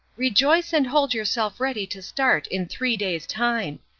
rejoice and hold yourself ready to start in three days' time.